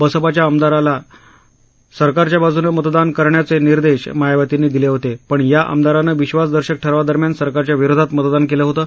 बसपाच्या आमदाराला सरकारच्या बाजुने मतदान करण्याचे निर्देश मायावतींनी दिले होते पण या आमदारानं विश्वासदर्शक ठरवादरम्यान सरकारच्या विरोधात मतदान केलं होतं